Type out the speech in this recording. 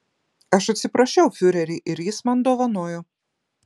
aš atsiprašiau fiurerį ir jis man dovanojo